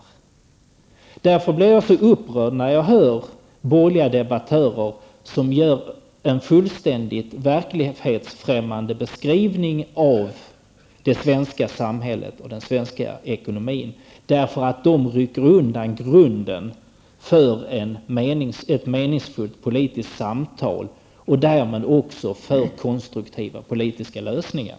Det är därför som jag blir så upprörd när jag hör borgerliga debattörer som gör en fullständigt verklighetsfrämmande beskrivning av det svenska samhället och den svenska ekonomin. De rycker nämligen undan grunden för ett meningsfullt politiskt samtal och därmed också för konstruktiva politiska lösningar.